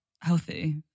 healthy